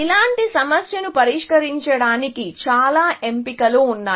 ఇలాంటి సమస్యను పరిష్కరించడానికి చాలా ఎంపికలు ఉన్నాయి